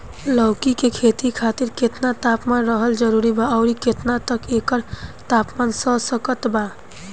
लौकी के खेती खातिर केतना तापमान रहल जरूरी बा आउर केतना तक एकर तापमान सह सकत बा?